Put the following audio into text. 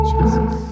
Jesus